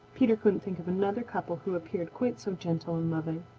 peter couldn't think of another couple who appeared quite so gentle and loving.